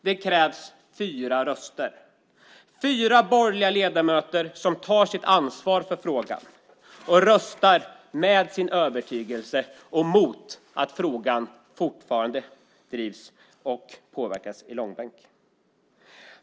Det krävs fyra röster från borgerliga ledamöter som tar sitt ansvar för frågan och röstar med sin övertygelse och mot att frågan fortfarande drivs och påverkas i långbänk.